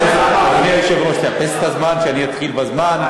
אדוני היושב-ראש, תאפס את הזמן, שאתחיל בזמן.